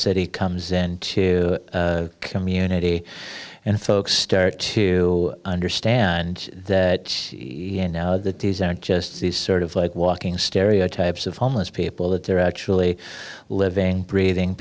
city comes into a community and folks start to understand that you know that these aren't just sort of like walking stereotypes of homeless people that they're actually living breathing